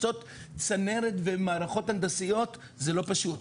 לחצות צנרת במערכות הנדסיות זה לא פשוט.